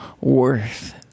worth